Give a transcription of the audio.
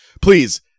Please